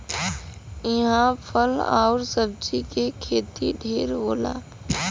इहां फल आउर सब्जी के खेती ढेर होला